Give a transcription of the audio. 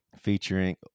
featuring